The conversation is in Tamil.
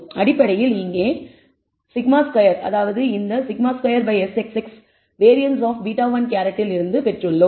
அடிப்படையில் இங்கே σ2 அதாவது இந்த σ2Sxx வேரியன்ஸ் ஆப் β̂1 இல் இருந்து பெற்றுள்ளோம்